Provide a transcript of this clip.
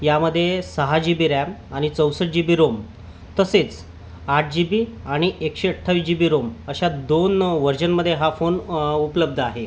यामध्ये सहा G B RAM आणि चौसष्ट जी बी रोम तसेच आठ जी बी आणि एकशे अठ्ठावीस जी बी रोम अशा दोन व्हर्जनमध्ये हा फोन उपलब्ध आहे